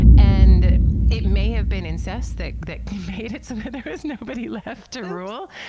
and it may have been incest that that made it so there was nobody left to rule.